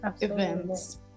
events